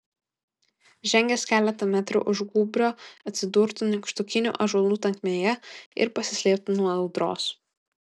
žengęs keletą metrų už gūbrio atsidurtų nykštukinių ąžuolų tankmėje ir pasislėptų nuo audros